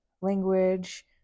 language